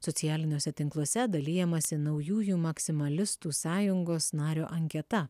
socialiniuose tinkluose dalijamasi naujųjų maksimalistų sąjungos nario anketa